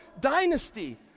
dynasty